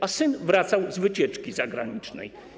A syn wracał z wycieczki zagranicznej.